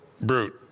brute